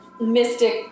mystic